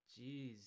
jeez